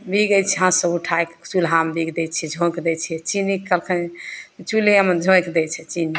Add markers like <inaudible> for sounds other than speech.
बिगै <unintelligible> हाथसँ उठाइक चूल्हामे बिग दै छियै झोंक दै छियै चीनी कऽ कखन चूल्हेमे झोकि दै छियै चीनी